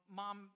mom